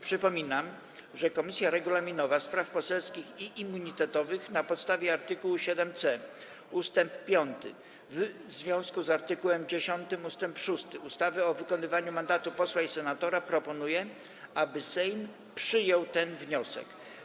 Przypominam, że Komisja Regulaminowa, Spraw Poselskich i Immunitetowych na podstawie art. 7c ust. 5 w związku z art. 10 ust. 6 ustawy o wykonywaniu mandatu posła i senatora proponuje, aby Sejm przyjął ten wniosek.